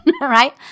right